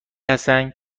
هستند